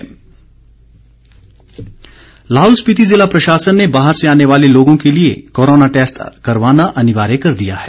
Lahaul corona Lahaul Spiti जिला प्रशासन ने बाहर से आने वाले लोगों के लिए कोरोना टैस्ट करवाना अनिवार्य कर दिया है